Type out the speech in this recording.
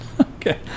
Okay